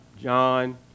John